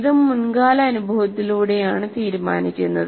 ഇതും മുൻകാല അനുഭവത്തിലൂടെയാണ് തീരുമാനിക്കുന്നത്